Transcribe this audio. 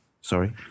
sorry